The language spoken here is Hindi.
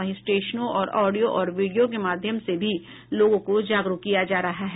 वहीं स्टेशनों पर ऑडियो और वीडियो के माध्यम से भी लोगों को जागरूक किया जा रहा है